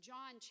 John